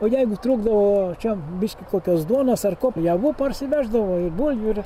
o jeigu trūkdavo čia biškį kokios duonos ar ko javų parsiveždavo ir bulvių ir